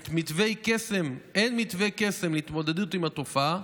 אין מתווה קסם להתמודדות עם התופעה,